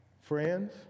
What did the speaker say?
friends